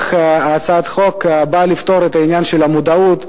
הצעת החוק באה לפתור את העניין של המודעות,